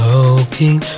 Hoping